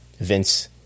vince